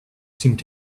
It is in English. seemed